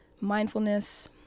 mindfulness